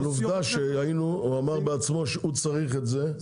עובדה שהוא אמר בעצמו שהוא צריך את זה,